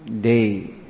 day